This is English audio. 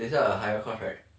they still got higher cost right